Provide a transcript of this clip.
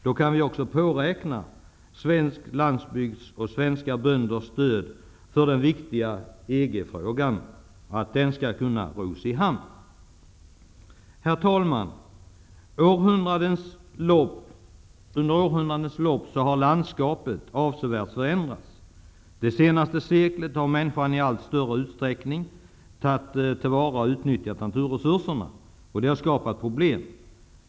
Då kan vi också påräkna svensk landsbygds och svenska bönders stöd för att ro i hamn den viktiga EG Herr talman! Under århundradenas lopp har landskapet avsevärt förändrats. Under det senaste seklet har människan i allt större utsträckning tillvaratagit och utnyttjat naturresurserna, och det har skapat problem.